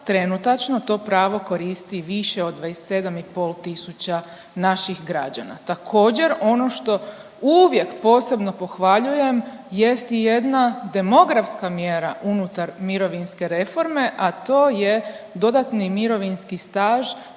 trenutačno to pravo koristi više od 27,5 tisuća naših građana. Također ono što uvijek posebno pohvaljujem jest i jedna demografska mjera unutar mirovinske reforme, a to je dodatni mirovinski staž